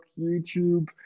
youtube